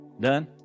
Done